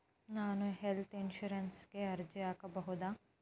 ನಾನು ಹೆಲ್ತ್ ಇನ್ಶೂರೆನ್ಸಿಗೆ ಅರ್ಜಿ ಹಾಕಬಹುದಾ?